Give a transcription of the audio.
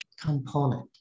component